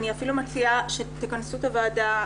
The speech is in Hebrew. אני אפילו מציעה שתכנסו את הוועדה